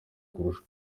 kurusha